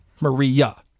Maria